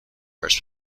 hers